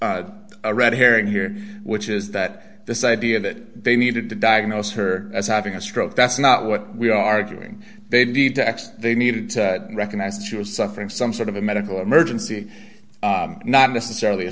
a red herring here which is that this idea that they needed to diagnose her as having a stroke that's not what we are doing they need to act they needed to recognize that she was suffering some sort of a medical emergency not